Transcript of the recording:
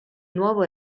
nuovo